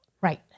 Right